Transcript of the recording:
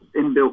inbuilt